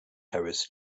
harris